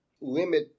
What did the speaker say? limit